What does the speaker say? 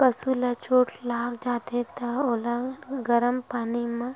पसु ल चोट लाग जाथे त ओला गरम पानी म